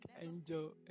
Angel